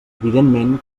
evidentment